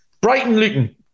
Brighton-Luton